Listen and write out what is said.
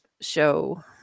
show